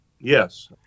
yes